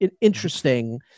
interesting